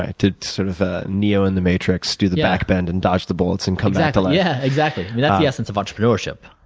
ah to sort of neo in the matrix, do the back bend and dodge the bullets and come back to life. yeah, exactly. that is the essence of entrepreneurship.